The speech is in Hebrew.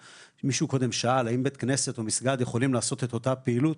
מישהו קודם שאל האם בית כנסת או מסגד יכולים לעשות את אותה הפעילות.